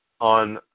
on